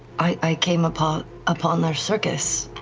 i came upon upon their circus,